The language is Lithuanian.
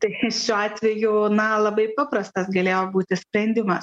tai šiuo atveju na labai paprastas galėjo būti sprendimas